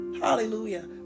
Hallelujah